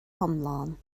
hiomlán